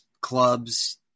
clubs